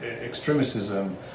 extremism